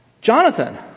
Jonathan